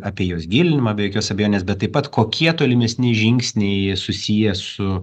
apie jos gilinimą be jokios abejonės bet taip pat kokie tolimesni žingsniai susiję su